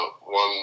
one